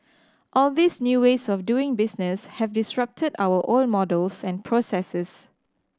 all these new ways of doing business have disrupted our old models and processes